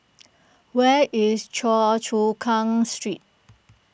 where is Choa Chu Kang Street